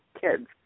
kids